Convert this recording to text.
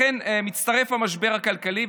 לכך מצטרף המשבר הכלכלי,